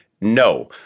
no